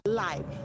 life